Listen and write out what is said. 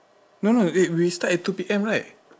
no no wait we start at two P_M right